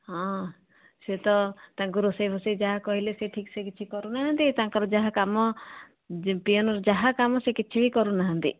ହଁ ସେ ତ ତାଙ୍କୁ ରୋଷେଇ ଭୋଷେଇ ଯାହା କହିଲେ ସେ ଠିକ୍ ସେ କିଛି କରୁନାହାନ୍ତି ତାଙ୍କର ଯାହା କାମ ପିଅନ୍ର ଯାହା କାମ ସେ କିଛି ବି କରୁନାହାନ୍ତି